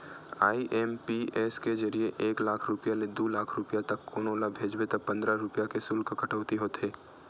IMPS के जरिए एक लाख रूपिया ले दू लाख रूपिया तक कोनो ल भेजबे त पंद्रह रूपिया के सुल्क कटउती होथे